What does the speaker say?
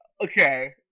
Okay